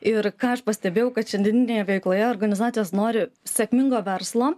ir ką aš pastebėjau kad šiandieninėje veikloje organizacijos nori sėkmingo verslo